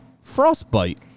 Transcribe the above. frostbite